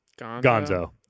Gonzo